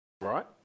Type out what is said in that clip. right